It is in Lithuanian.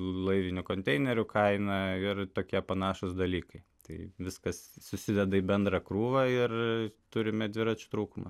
laivinių konteinerių kaina ir tokie panašūs dalykai tai viskas susideda į bendrą krūvą ir turime dviračių trūkumą